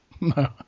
No